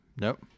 Nope